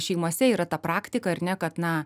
šeimose yra ta praktika ir ne kad na